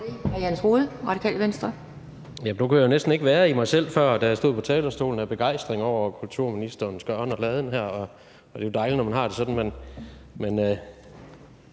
Nu kunne jeg jo næsten ikke være i mig selv af begejstring, da jeg stod på talerstolen før, over kulturministerens gøren og laden her. Det er jo dejligt, når man har det sådan. Men